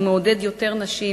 הוא מעודד יותר נשים